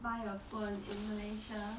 buy a phone in malaysia